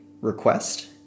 Request